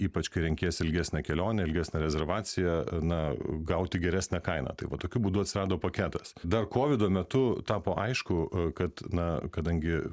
ypač kai renkiesi ilgesnę kelionę ilgesnę rezervaciją na gauti geresnę kainą tai va tokiu būdu atsirado paketas dar kovido metu tapo aišku kad na kadangi